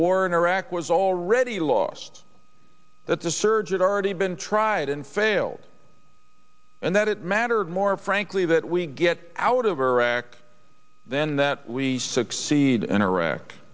war in iraq was already lost that the surge it already been tried and failed and that it mattered more frankly that we get out of iraq then that we succeed in iraq